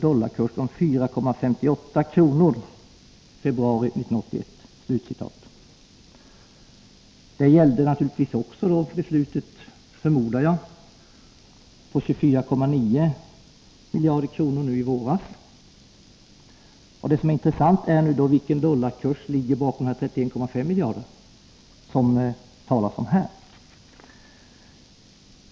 Jag förmodar att detta även gällde beslutet om de 24,9 miljarderna nu i våras. Det som nu är intressant är vilken dollarkurs som ligger till grund för de 31,5 miljarderna.